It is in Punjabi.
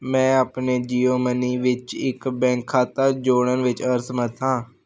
ਮੈਂ ਆਪਣੇ ਜੀਓ ਮਨੀ ਵਿੱਚ ਇੱਕ ਬੈਂਕ ਖਾਤਾ ਜੋੜਨ ਵਿੱਚ ਅਸਮਰੱਥ ਹਾਂ